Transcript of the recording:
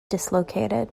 dislocated